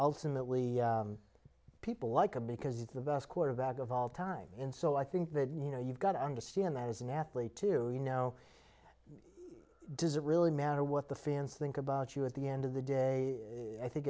ultimately people like a because it's the best quarterback of all time and so i think that you know you've got to understand that as an athlete too you know does it really matter what the fans think about you at the end of the day i think